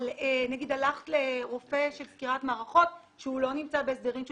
נגיד הלכת לרופא של סקירת מערכות שלא נמצא בהסדרים של